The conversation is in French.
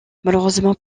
malheureusement